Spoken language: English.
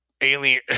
alien